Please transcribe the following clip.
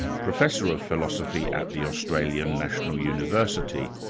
professor of philosophy at the australian national university.